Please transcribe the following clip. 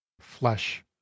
Flesh